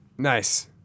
Nice